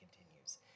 continues